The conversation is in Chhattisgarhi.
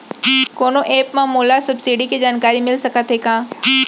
कोनो एप मा मोला सब्सिडी के जानकारी मिलिस सकत हे का?